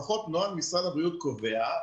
לפחות נוהל משרד הבריאות קובע,